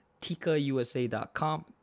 TikaUSA.com